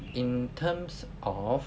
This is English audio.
in terms of